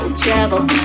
trouble